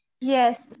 Yes